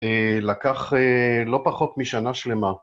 לקח לא פחות משנה שלמה.